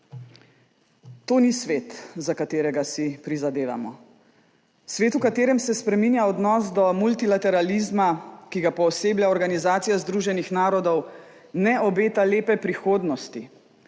To ni svet, za katerega si prizadevamo. Svet, v katerem se spreminja odnos do multilateralizma, ki ga pooseblja Organizacija združenih narodov, ne obeta lepe prihodnosti.